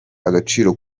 agaciro